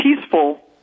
peaceful